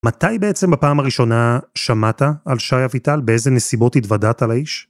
מתי בעצם בפעם הראשונה שמעת על שי אביטל, באיזה נסיבות התוודעת לאיש?